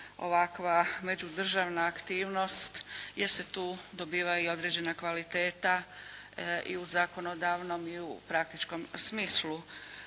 ovakva međudržavna aktivnost jer se tu dobiva i određena kvaliteta i u zakonodavnom i u praktičnom smislu.